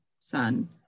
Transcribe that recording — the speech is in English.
son